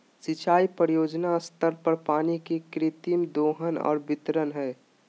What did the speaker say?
सिंचाई परियोजना स्तर पर पानी के कृत्रिम दोहन और वितरण हइ